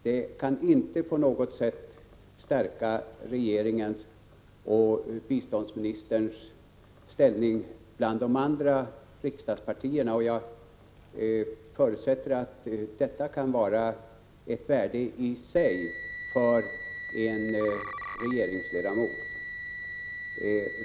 Det kan inte på något sätt stärka regeringens och biståndsministerns ställning bland de andra riksdagspartierna, något som jag förutsätter kan vara ett värde i sig för en regeringsledamot.